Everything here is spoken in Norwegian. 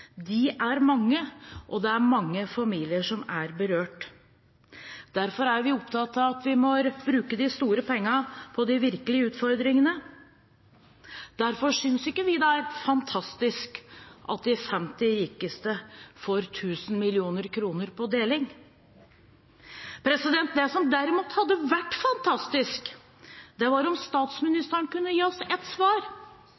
De er mange, og det er mange familier som er berørt. Derfor er vi opptatt av at vi må bruke de store pengene på de virkelige utfordringene. Derfor synes ikke vi det er fantastisk at de 50 rikeste får 1 000 mill. kr på deling. Det som derimot hadde vært fantastisk, var om